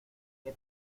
qué